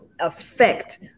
affect